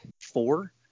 four